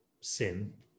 sin